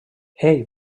ell